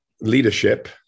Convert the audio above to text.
leadership